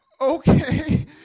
Okay